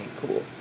cool